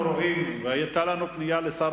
בהצעה לסדר-היום אתם דנים אם השר המקשר יכול לענות?